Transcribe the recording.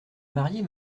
marier